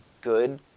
good